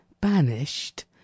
banished